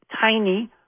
tiny